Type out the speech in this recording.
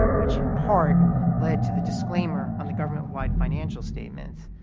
which in part led to the disclaimer on the government-wide financial statement.